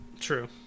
True